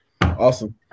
Awesome